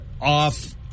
off